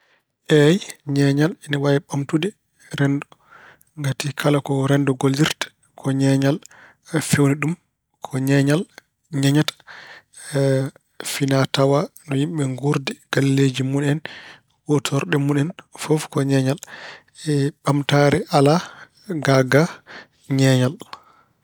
Eey, ñeeñal ina waawi ɓamtude renndo ngati kala ko renndo kollirta ko ñeeñal feewni ɗum. Ko ñeeñal ñeeñata finaa-tawaa, no yimɓe nguurdi, galleeji mun en, kuutorɗe mun en fof ko ñeeñal. Ɓamtaare alaa gaa gaa ñeeñal.